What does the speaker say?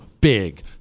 big